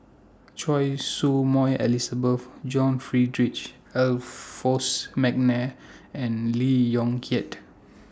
Choy Su Moi Elizabeth John Frederick Adolphus Mcnair and Lee Yong Kiat